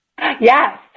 Yes